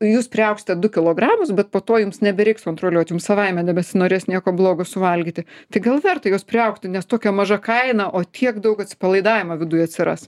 jūs priaugsite du kilogramus bet po to jums nebereiks kontroliuot jums savaime nebesinorės nieko blogo suvalgyti tai gal verta jos priaugti nes tokia maža kaina o tiek daug atsipalaidavimo viduj atsiras